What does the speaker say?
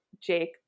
Jake